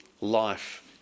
life